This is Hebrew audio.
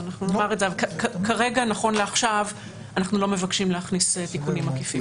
אנחנו לא מבקשים להכניס תיקונים עקיפים.